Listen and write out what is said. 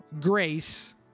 grace